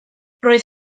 roedd